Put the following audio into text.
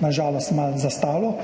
na žalost malo zastalo.